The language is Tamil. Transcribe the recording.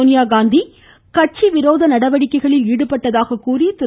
சோனியா காந்தி கட்சி விரோத நடவடிக்கைகளில் ஈடுபட்டதாக கூறி திரு